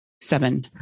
seven